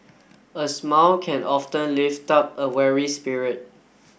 a smile can often lift up a weary spirit